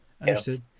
Understood